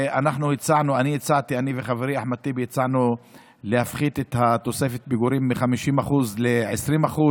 אני וחברי אחמד טיבי הצענו להפחית את תוספת הפיגורים מ-50% ל-20%,